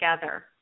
together